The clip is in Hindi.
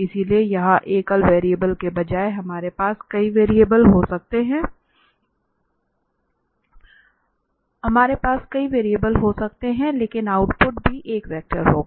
इसलिए यहां एकल वेरिएबल के बजाय हमारे पास कई वेरिएबल हो सकते हैं लेकिन आउटपुट भी एक वेक्टर होगा